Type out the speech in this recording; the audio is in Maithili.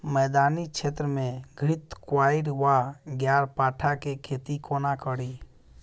मैदानी क्षेत्र मे घृतक्वाइर वा ग्यारपाठा केँ खेती कोना कड़ी?